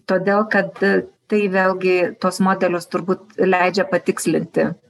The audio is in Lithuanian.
todėl kad tai vėlgi tuos modelius turbūt leidžia patikslinti